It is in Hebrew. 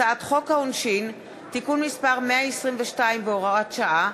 הצעת חוק העונשין (תיקון מס' 122 והוראת שעה),